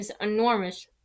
enormous